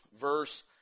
verse